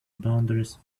boundaries